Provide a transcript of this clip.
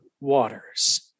waters